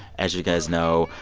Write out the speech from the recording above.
as you guys know,